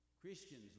Christians